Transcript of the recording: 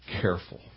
careful